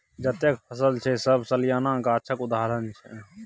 जतेक फसल छै सब सलियाना गाछक उदाहरण छै